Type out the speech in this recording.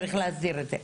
צריך להסדיר את זה,